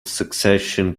succession